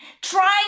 trying